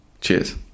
Cheers